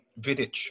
Vidic